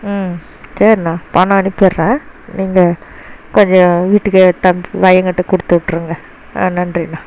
ம் சரிண்ணா பணம் அனுப்பிடுறேன் நீங்க கொஞ்சம் வீட்டுக்கே எடுத்தாந்து பையன் கிட்டே கொடுத்து விட்ருங்க ஆ நன்றிண்ணா